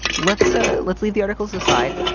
let's so let's leave the articles aside.